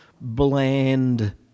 bland